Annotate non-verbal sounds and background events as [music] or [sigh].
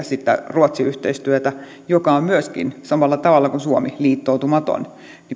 [unintelligible] sitä ruotsi yhteistyötä kun se on myöskin samalla tavalla kuin suomi liittoutumaton